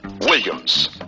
williams